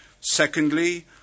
Secondly